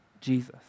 Jesus